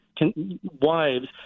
wives